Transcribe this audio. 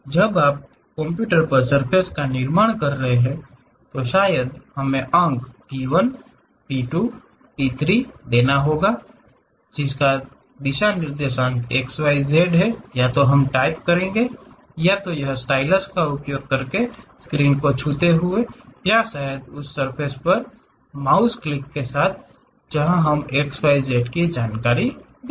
जब आप कंप्यूटर पर सर्फ़ेस का निर्माण कर रहे हैं तो शायद हमें अंक P1 P 2 P 3 देना होगा x y z निर्देशांक या तो हम टाइप करते हैं यह स्टाइलस का उपयोग करके स्क्रीन को छूता है या शायद उस सर्फ़ेस पर एक माउस क्लिक के साथ जहां हम x y z जानकारी देंगे